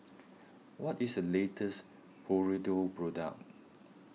what is the latest Hirudoid product